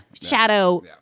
Shadow